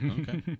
Okay